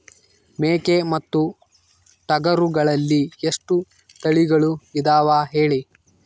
ಮೇಕೆ ಮತ್ತು ಟಗರುಗಳಲ್ಲಿ ಎಷ್ಟು ತಳಿಗಳು ಇದಾವ ಹೇಳಿ?